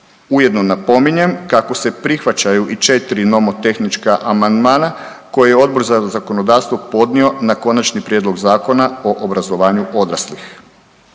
Ujedno napominjem kako se prihvaćaju i 4 nomotehnička amandmana koja je Odbor za zakonodavstvo podnio na Konačni prijedlog Zakona o obrazovanju odraslih.